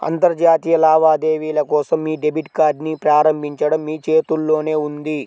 అంతర్జాతీయ లావాదేవీల కోసం మీ డెబిట్ కార్డ్ని ప్రారంభించడం మీ చేతుల్లోనే ఉంది